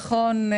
נכון,